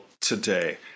today